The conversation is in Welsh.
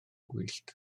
gwyllt